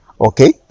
okay